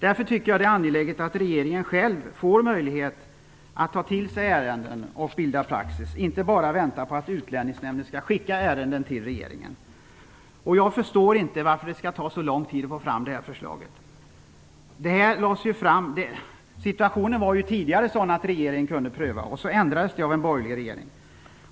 Det är därför angeläget att regeringen själv får möjlighet att ta till sig ärenden och bilda praxis, inte bara vänta på att Utlänningsnämnden skall överlämna ärenden till regeringen. Jag förstår inte varför det skall ta så lång tid att få fram ett sådant förslag. Situationen var ju tidigare sådan att regeringen på eget initiativ kunde bilda praxis. Sedan ändrades det av en borgerlig regering.